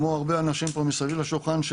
כמו הרבה אנשים מסביב לשולחן,